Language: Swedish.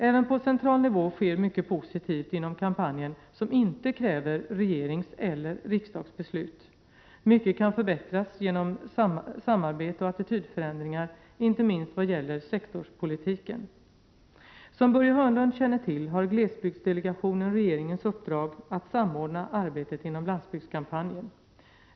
Även på central nivå sker mycket positivt inom kampanjen som inte kräver regeringseller riksdagsbeslut. Mycket kan förbättras genom samarbete och attitydförändringar, inte minst vad gäller sektorspolitiken. Som Börje Hörnlund känner till har glesbygdsdelegationen regeringens uppdrag att samordna arbetet inom landsbygdskampanjen.